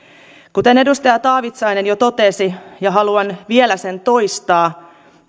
kuten edustaja taavitsainen jo totesi ja haluan vielä sen toistaa